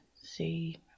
see